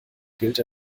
gilt